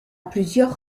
plusieurs